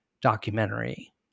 documentary